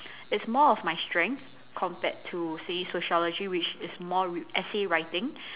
it's more of my strength compared to say sociology which is more wr~ essay writing